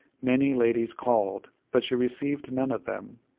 many ladies called, but she received none of them.